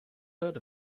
heard